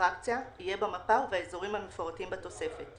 אטרקציה יהיה במפה ובאזורים המפורטים בתוספת.